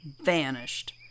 vanished